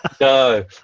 no